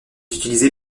utilisé